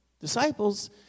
Disciples